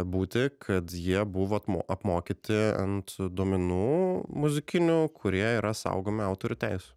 būti kad jie buvo ap apmokyti ant duomenų muzikinių kurie yra saugomi autorių teisių